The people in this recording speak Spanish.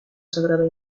sagrada